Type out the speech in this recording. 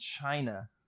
China